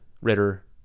ritter